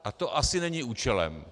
A to asi není účelem.